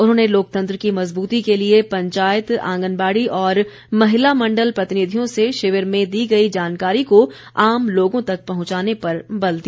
उन्होंने लोकतंत्र की मज़बूती के लिए पंचायत आंगनबाड़ी और महिला मण्डल प्रतिनिधियों से शिविर में दी गई जानकारी को आम लोगों तक पहुंचाने पर बल दिया